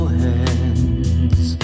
hands